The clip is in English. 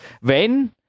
wenn